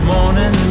Morning